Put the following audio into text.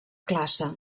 classe